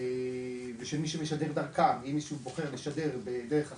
ושל מי שמשדר דרכם, אם מישהו בוחר לשדר בדרך אחרת,